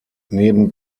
neben